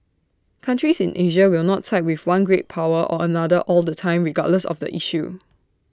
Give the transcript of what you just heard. countries in Asia will not side with one great power or another all the time regardless of the issue